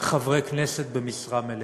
חברי כנסת במשרה מלאה.